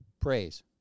praise